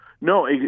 No